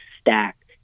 stacked